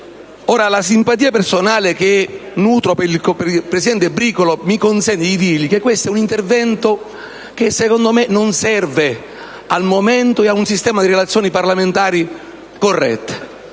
La simpatia personale che nutro per il presidente Bricolo mi consente di dirgli che questo intervento, secondo me, non serve al momento e ad un sistema di relazioni parlamentari corrette.